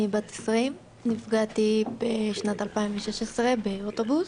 אני בת 20. נפגעתי בשנת 2016 באוטובוס.